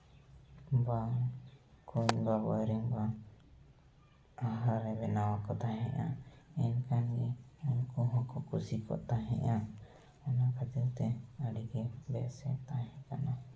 ᱵᱟᱝ ᱠᱩᱧ ᱫᱚ ᱵᱳᱭᱨᱤᱝ ᱵᱟᱝ ᱟᱦᱟᱨᱮ ᱵᱮᱱᱟᱣ ᱟᱠᱚ ᱛᱟᱦᱮᱸᱫ ᱟᱭ ᱮᱱᱠᱟᱜᱮ ᱩᱱᱠᱩ ᱦᱚᱸᱠᱚ ᱠᱩᱥᱤ ᱠᱚᱜ ᱛᱟᱦᱮᱸᱫᱼᱟ ᱱᱚᱝᱠᱟ ᱠᱟᱛᱮᱫ ᱟᱹᱰᱤᱜᱮ ᱵᱮᱥ ᱮ ᱛᱟᱦᱮᱸ ᱠᱟᱱᱟ